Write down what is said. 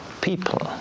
people